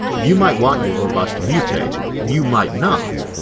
you might want your robots to mutate, you might not,